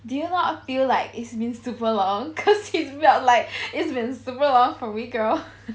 do you not feel like it's been super long cause like it's been super long for me girl